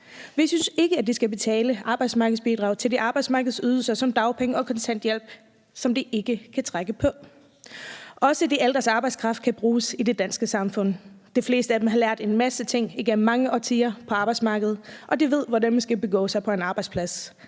Vi synes ikke, at de skal betale arbejdsmarkedsbidrag til de arbejdsmarkedsydelser som dagpenge og kontanthjælp, som de ikke kan trække på. Også de ældres arbejdskraft kan bruges i det danske samfund. De fleste af dem har lært en masse ting igennem mange årtier på arbejdsmarkedet, og de ved, hvordan man skal begå sig på en arbejdsplads,